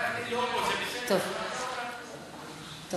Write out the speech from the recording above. זה בסדר, לא קרה כלום.